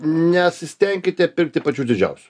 nesistenkite pirkti pačių didžiausių